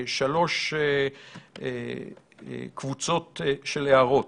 יש בו בעצם שלוש קבוצות של הערות.